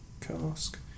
cask